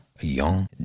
Young